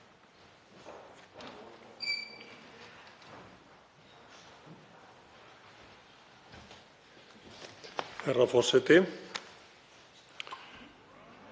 Herra forseti.